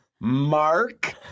Mark